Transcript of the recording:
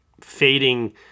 fading